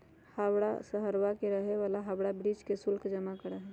हवाड़ा शहरवा के रहे वाला हावड़ा ब्रिज के शुल्क जमा करा हई